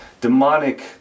demonic